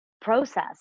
process